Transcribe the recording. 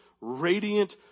radiant